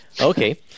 Okay